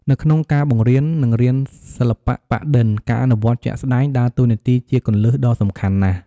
នៅក្នុងការបង្រៀន និងរៀនសិល្បៈប៉ាក់-ឌិន ការអនុវត្តជាក់ស្តែង ដើរតួនាទីជាគន្លឹះដ៏សំខាន់ណាស់។